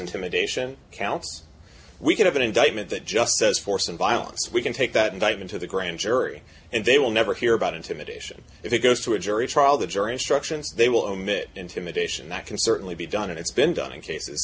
intimidation counts we could have an indictment that just says force and violence we can take that indictment to the grand jury and they will never hear about intimidation if it goes to a jury trial the jury instructions they will omit intimidation that can certainly be done and it's been done in cases